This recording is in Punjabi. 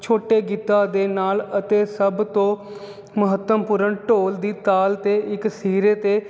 ਛੋਟੇ ਗੀਤਾਂ ਦੇ ਨਾਲ ਅਤੇ ਸਭ ਤੋਂ ਮਹੱਤਵਪੂਰਨ ਢੋਲ ਦੀ ਤਾਲ 'ਤੇ ਇੱਕ ਸਿਰੇ 'ਤੇ